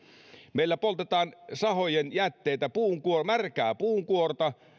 meillä poltetaan sahojen jätteitä märkää puunkuorta